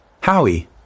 Howie